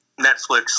Netflix